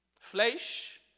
flesh